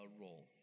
role